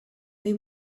they